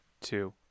two